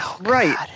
Right